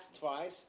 twice